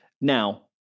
now